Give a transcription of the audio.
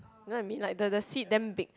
be like the the seed then big